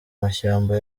mashyamba